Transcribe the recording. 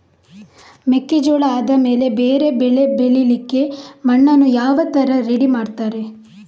ಮೆಕ್ಕೆಜೋಳ ಆದಮೇಲೆ ಬೇರೆ ಬೆಳೆ ಬೆಳಿಲಿಕ್ಕೆ ಮಣ್ಣನ್ನು ಯಾವ ತರ ರೆಡಿ ಮಾಡ್ತಾರೆ?